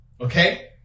Okay